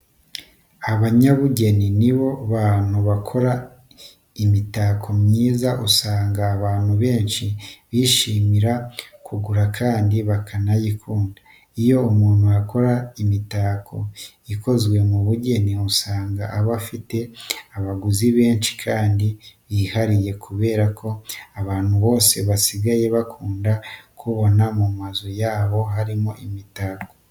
Abanyabugeni ni bo bantu bakora imitako myiza, usanga abantu benshi bishimira kugura kandi bakanayikunda. Iyo umuntu akora imitako ikozwe mu bugeni, usanga aba afite abaguzi benshi kandi bihariye kubera ko abantu bose basigaye bakunda kubona mu mazu yabo harimo imitako.